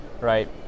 right